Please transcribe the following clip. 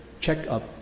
checkup